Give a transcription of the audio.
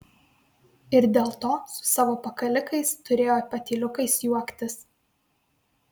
ir dėl to su savo pakalikais turėjo patyliukais juoktis